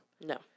No